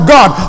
God